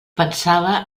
pensava